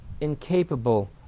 incapable